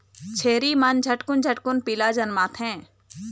छेरी मन झटकुन झटकुन पीला जनमाथे